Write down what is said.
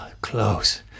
close